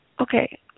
okay